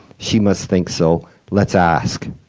she must think so. let's ask.